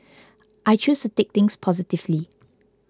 I choose to take things positively